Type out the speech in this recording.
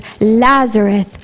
Lazarus